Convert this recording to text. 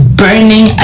burning